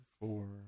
four